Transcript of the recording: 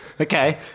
okay